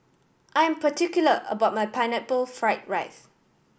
I am particular about my Pineapple Fried rice